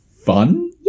fun